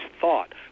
thought